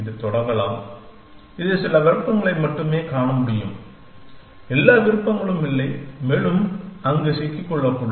இது தொடங்கலாம் இது சில விருப்பங்களை மட்டுமே காண முடியும் எல்லா விருப்பங்களும் இல்லை மேலும் அங்கு சிக்கிக்கொள்ளக்கூடும்